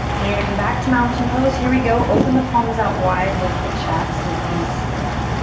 and you're gonna come back to mountain pose. here we go. open the palms out wide, lift the chest, and be still.